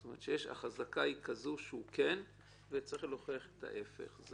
זאת אומרת, החזקה היא שכן וצריך להוכיח את ההפך.